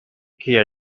کیه